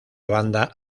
banda